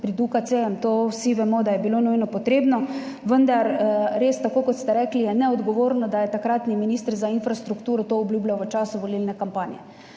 pred UKC, to vsi vemo, da je bilo nujno potrebno, vendar res, tako kot ste rekli, je neodgovorno, da je takratni minister za infrastrukturo to obljubljal v času volilne kampanje.